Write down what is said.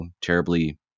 terribly